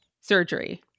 surgery